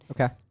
Okay